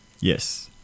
Yes